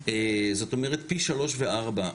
זאת אומרת פי שלוש וארבע.